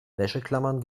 wäscheklammern